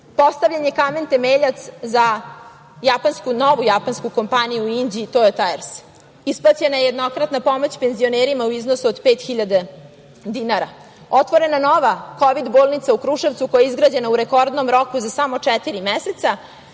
postavljen je kamen temeljac za novu japansku kompaniju u Inđiji „Tojo Tajers“, isplaćena je jednokratna pomoć penzionerima u iznosu od 5.000 dinara, otvorena nova kovid bolnica u Kruševcu koja je izgrađena u rekordnom roku za samo četiri meseca